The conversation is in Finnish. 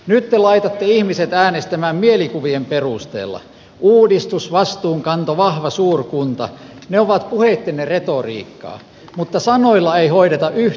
nyt tulla ihmiset äänestämään mielikuvien perusteella uudistusvastuun kantava suurkunta juhlapuheitten retoriikkaa mutta sanoilla ei hoideta yh